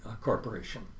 Corporation